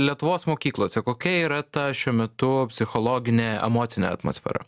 lietuvos mokyklose kokia yra ta šiuo metu psichologinė emocinė atmosfera